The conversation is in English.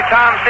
Tom